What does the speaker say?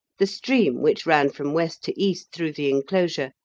the stream, which ran from west to east through the enclosure,